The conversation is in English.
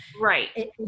Right